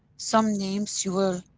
some names you will